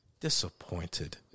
Disappointed